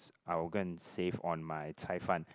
I will go and save on my cai-fan